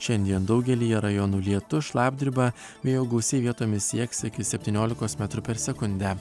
šiandien daugelyje rajonų lietus šlapdriba vėjo gūsiai vietomis sieks iki septyniolikos metrų per sekundę